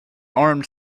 armed